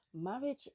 marriage